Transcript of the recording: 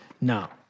Now